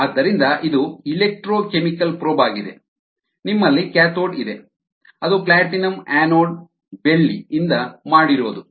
ಆದ್ದರಿಂದ ಇದು electrochemical probe ಆಗಿದೆ ನಿಮ್ಮಲ್ಲಿ ಕ್ಯಾಥೋಡ್ ಇದೆ ಅದು ಪ್ಲಾಟಿನಂ ಆನೋಡ್ ಬೆಳ್ಳಿ ಇಂದ ಮಾಡಿರೋದು